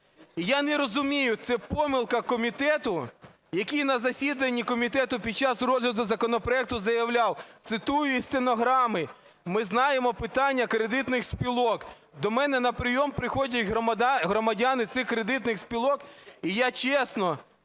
Я не розумію, це помилка комітету, який на засіданні комітету під час розгляду законопроекту заявляв, цитую із стенограми: "Ми знаємо питання кредитних спілок. До мене на прийом приходять громадяни цих кредитних спілок, і я, чесно,